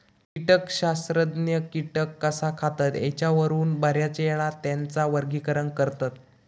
कीटकशास्त्रज्ञ कीटक कसा खातत ह्येच्यावरून बऱ्याचयेळा त्येंचा वर्गीकरण करतत